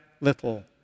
little